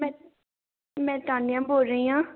ਮੈਂ ਮੈਂ ਤਾਨੀਆ ਬੋਲ ਰਹੀ ਹਾਂ